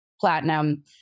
platinum